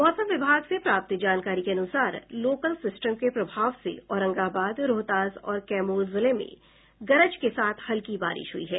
मौसम विभाग से प्राप्त जानकारी के अनुसार लोकल सिस्टम के प्रभाव से औरंगाबाद रोहतास और कैमूर जिले में गरज के साथ हल्की बारिश हुई है